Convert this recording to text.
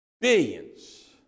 billions